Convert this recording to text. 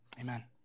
amen